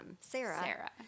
Sarah